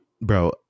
bro